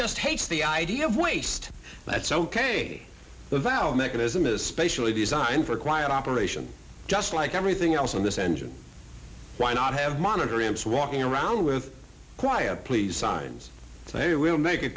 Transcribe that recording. just hates the idea of waste that's ok the valve mechanism is specially designed for quiet operation just like everything else on this engine why not have monitor amps walking around with quiet please signs they will make a